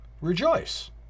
Rejoice